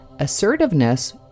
Assertiveness